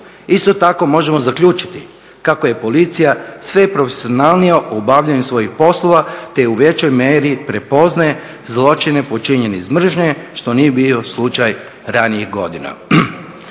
Isto tako možemo zaključiti kako je policija sve profesionalnija u obavljanju svojih poslova te u većoj mjeri prepoznaje zločine počinjene iz mržnje, što nije bio slučaj ranijih godina.